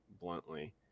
bluntly